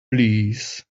please